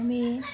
আমি